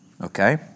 Okay